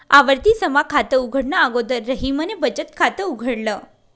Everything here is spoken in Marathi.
आवर्ती जमा खात उघडणे अगोदर रहीमने बचत खात उघडल